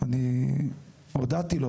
אני הודעתי לו,